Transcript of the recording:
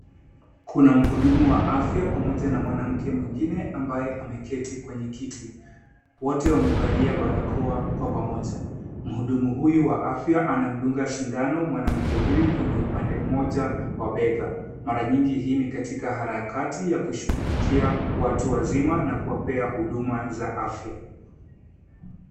Kuna mhudumu wa afya pamoja na mwanamke mwingine ambaye ameketi kwenye kiti. Wote wamevalia barakoa Kwa pamoja .Mhudumu huyu wa afya anamdunga sindano mwanamke huyu kwenye upande mmoja wa bega. Mara nyingi hii ni katika harakati ya kuwashuglikia watu wazima na kuwapea huduma za afya.